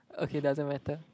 okay doesn't matter